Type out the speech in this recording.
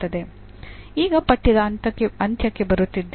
ಈಗ ಪಠ್ಯದ ಅಂತ್ಯಕ್ಕೆ ಬರುತ್ತಿದ್ದೇವೆ